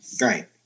Right